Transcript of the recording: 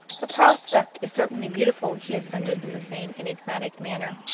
the prospect is certainly beautiful, he assented, in the same enigmatic manner.